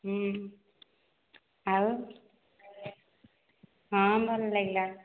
ହଁ ଆଉ ହଁ ଭଲ ଲାଗିଲା